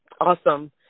Awesome